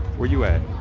were you in